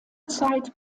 zeit